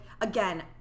again